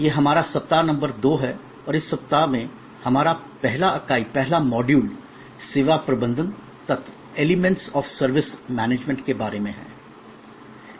यह हमारा सप्ताह नंबर 2 है और इस सप्ताह में हमारा पहला इकाई मॉड्यूल सेवा प्रबंधन तत्व एलिमेंट्स ऑफ सर्विसेज मैनेजमेंट के बारे में है